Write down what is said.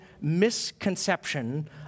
misconception